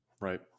right